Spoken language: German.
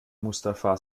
mustafa